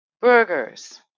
burgers